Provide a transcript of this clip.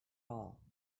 all